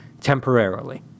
temporarily